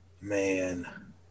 Man